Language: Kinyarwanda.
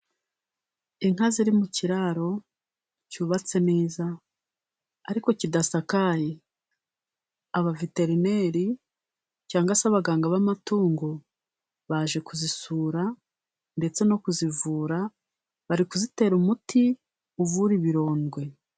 Inka ziri mu kiraro cyubatse neza ariko kidasakaye, abaveterineri cyangwa se abaganga b'amatungo, baje kuzisura ndetse no kuzivura bari kuzitera umuti uvura ibirondwe.